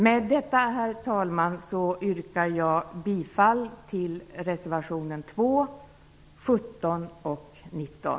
Med detta, herr talman, yrkar jag bifall till reservationerna 2, 17 och 19.